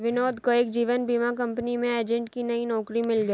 विनोद को एक जीवन बीमा कंपनी में एजेंट की नई नौकरी मिल गयी